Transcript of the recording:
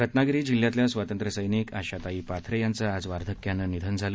रत्नागिरी जिल्ह्यातल्या स्वातंत्र्यसैनिक आशाताई पाथरे यांचं आज वार्धक्यानं झालं